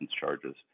charges